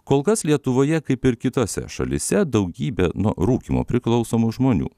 kol kas lietuvoje kaip ir kitose šalyse daugybė nuo rūkymo priklausomų žmonių